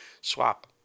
swap